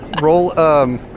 Roll